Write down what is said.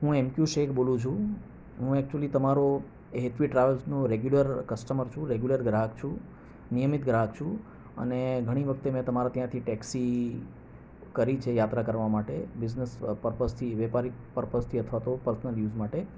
હું M Q Shaikh બોલું છું હું એક્ચુલ્લી તમારો હેતવી ટ્રાવેલ્સનો રેગ્યુલર કસ્ટમર છું રેગ્યુલર ગ્રાહક છું નિયમિત ગ્રાહક છું અને ઘણી વખતે મેં તમારે ત્યાંથી ટેક્સી કરી છે યાત્રા કરવા માટે બિઝનેસ પરપઝથી વ્યાપારિક પરપઝથી અથવા તો પર્સનલ યુઝ માટે